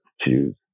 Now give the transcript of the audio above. choose